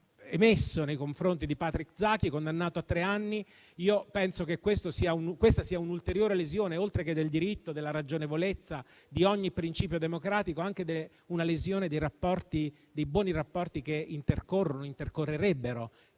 emesso nei confronti di Patrick Zaki, condannato a tre anni. Penso che questa sia un'ulteriore lesione, oltre che del diritto, della ragionevolezza e di ogni principio democratico, anche dei buoni rapporti che intercorrerebbero